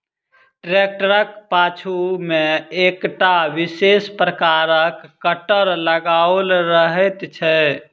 ट्रेक्टरक पाछू मे एकटा विशेष प्रकारक कटर लगाओल रहैत छै